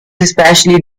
especially